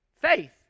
Faith